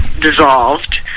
dissolved